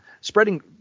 spreading